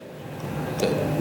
כן.